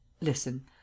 Listen